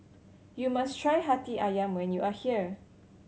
you must try Hati Ayam when you are here